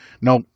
No